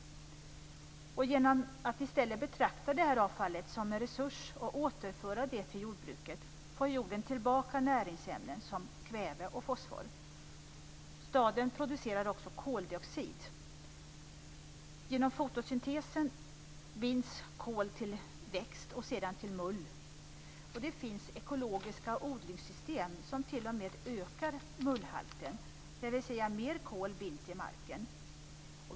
Genom att i stället betrakta avfallet som en resurs och återföra det till jordbruket får jorden tillbaka näringsämnen som kväve och fosfor. Staden producerar också koldioxid. Genom fotosyntesen binds kol till växt och sedan till mull. Det finns ekologiska odlingssystem som t.o.m. ökar mullhalten, dvs. mer kol binds i marken.